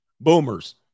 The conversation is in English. Boomers